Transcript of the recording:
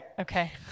Okay